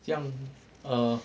这样 err